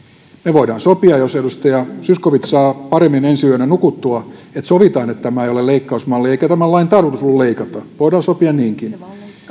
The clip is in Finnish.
voimme sopia jos edustaja zyskowicz saa paremmin ensi yönä nukuttua että tämä ei ole leikkausmalli eikä tämän lain tarkoitus ollut leikata voidaan sopia niinkin